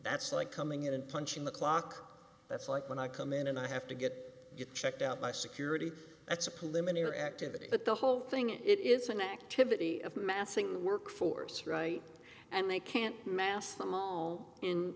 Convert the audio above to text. that's like coming in and punching the clock that's like when i come in and i have to get checked out by security that's a policeman or activity but the whole thing it is an activity of massing the workforce right and they can't mask them all in